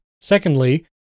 secondly